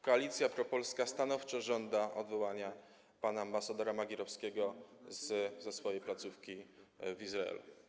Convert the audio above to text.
Koalicja Propolska stanowczo żąda odwołania pana ambasadora Magierowskiego z placówki w Izraelu.